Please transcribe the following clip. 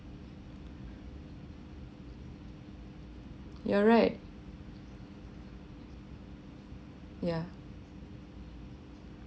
you're right yeah